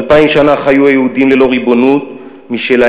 אלפיים שנה חיו היהודים ללא ריבונות משלהם,